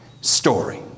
story